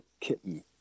kitten